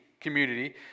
community